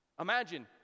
Imagine